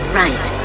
right